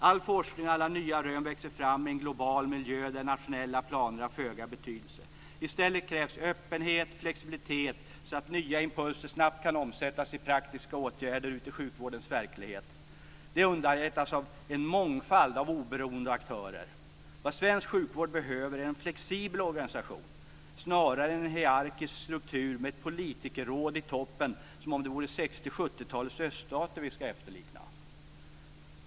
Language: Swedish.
All forskning och alla nya rön växer fram i en global miljö där nationella planer har föga betydelse. I stället krävs öppenhet och flexibilitet så att nya impulser snabbt kan omsättas i praktiska åtgärder ute i sjukvårdens verklighet. Det underlättas av en mångfald av oberoende aktörer. Vad svensk sjukvård behöver är en flexibel organisation, snarare än en hierarkisk struktur med ett politikerråd i toppen som vore det 60 och 70-talens östsstater som vi ska efterlikna.